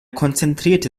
konzentrierte